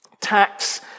tax